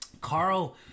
Carl